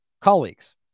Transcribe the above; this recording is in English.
colleagues